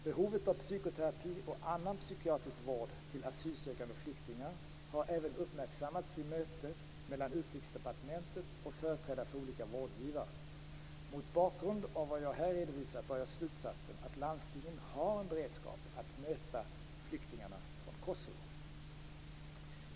Behovet av psykoterapi och annan psykiatrisk vård till asylsökande och flyktingar har även uppmärksammats vid möte mellan Utrikesdepartementet och företrädare för olika vårdgivare. Mot bakgrund av vad jag här redovisat drar jag slutsatsen att landstingen har en beredskap att möta flyktingarna från Kosovo.